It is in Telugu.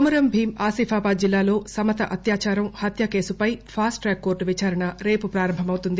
కొమురంభీమ్ ఆసిఫాబాద్ జిల్లాలో సమత అత్యాచారం హత్య కేసుపై ఫాస్ట్రాక్ కోర్టు విచారణ రేపు పారంభమవుతుంది